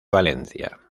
valencia